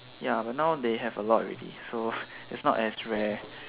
ya but now they have a lot already so it's not as rare